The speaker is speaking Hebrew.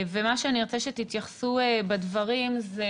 מה שאני ארצה שתתייחסו בדברים זה